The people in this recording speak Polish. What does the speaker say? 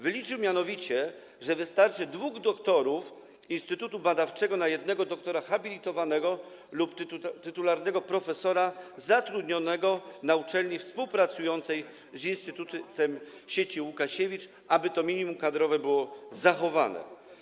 Wyliczył mianowicie, że wystarczy dwóch doktorów instytutu badawczego na jednego doktora habilitowanego lub tytularnego profesora zatrudnionego na uczelni współpracującej z instytutem sieci Łukasiewicz, aby to minimum kadrowe było zachowane.